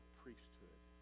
priesthood